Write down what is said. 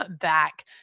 back